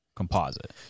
composite